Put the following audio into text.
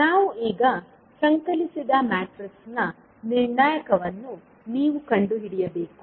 ನಾವು ಈಗ ಸಂಕಲಿಸಿದ ಮ್ಯಾಟ್ರಿಕ್ಸ್ನ ನಿರ್ಣಾಯಕವನ್ನು ನೀವು ಕಂಡುಹಿಡಿಯಬೇಕು